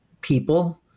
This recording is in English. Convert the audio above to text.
people